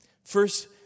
First